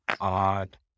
odd